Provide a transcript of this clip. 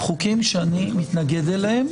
חוקים שאני מתנגד אליהם.